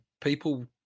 people